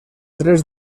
tres